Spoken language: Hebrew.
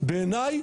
בעיניי